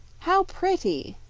how pretty!